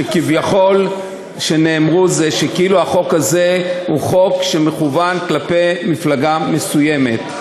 שכביכול נאמרו היא שכאילו החוק הזה הוא חוק שמכוון כלפי מפלגה מסוימת.